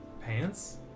Pants